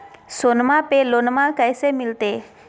सोनमा पे लोनमा कैसे मिलते?